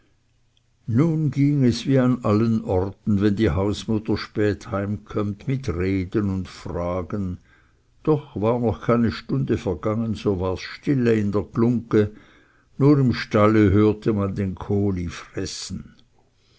nun ging es wie an allen orten wenn die hausmutter spät heimkömmt mit reden und fragen doch war noch keine stunde verflossen so wars still in der glungge nur im stalle hörte man den kohli fressen